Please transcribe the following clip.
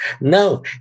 No